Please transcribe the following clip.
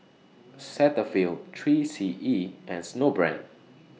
Cetaphil three C E and Snowbrand